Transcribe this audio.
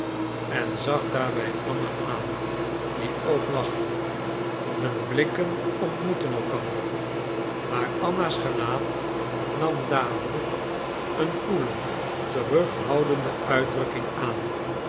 en zag daarbij anna aan die ook lachte hun blikken ontmoetten elkander maar anna's gelaat nam dadelijk een koele terughoudende uitdrukking aan